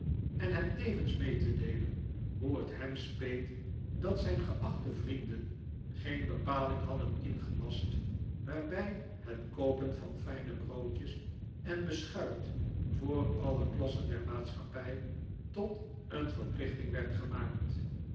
en hen tevens mee te deelen hoe het hem speet dat zijn geachte vrienden geen bepaling hadden ingelascht waarbij het koopen van fijne broodjes en beschuit voor alle klassen der maatschappij tot een verplichting werd gemaakt